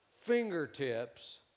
fingertips